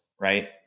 right